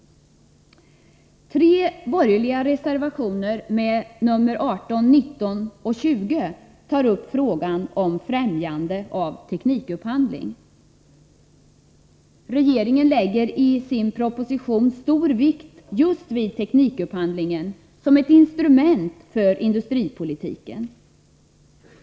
Tre borgerliga reservationer, nr 18, 19 och 20, tar upp frågan om främjande av teknikupphandling. Regeringen lägger i sin proposition stor vikt just vid teknikupphandlingen som ett instrument för industripolitiken.